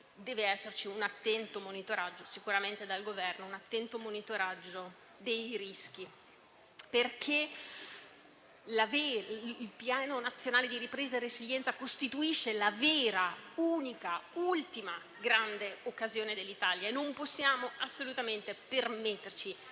dell'Assemblea e del Governo deve esserci un attento monitoraggio dei rischi, perché il Piano nazionale di ripresa e resilienza costituisce la vera, unica e ultima grande occasione dell'Italia e non possiamo assolutamente permetterci